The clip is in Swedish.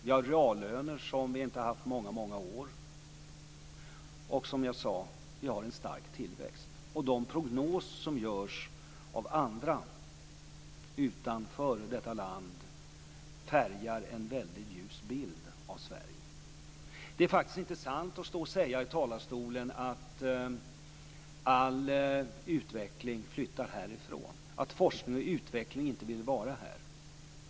Vi har reallöner som vi inte har haft på många år. Som jag sade har vi en stark tillväxt. De prognoser som görs av andra utanför detta land tecknar en väldigt ljus bild av Sverige. Det är faktiskt inte sant att i talarstolen säga att all utveckling flyttar härifrån och att forskning och utveckling inte vill vara här.